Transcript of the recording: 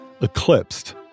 eclipsed